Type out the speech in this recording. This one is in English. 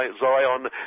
Zion